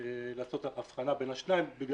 לעשות אבחנה בין השניים.